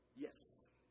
Yes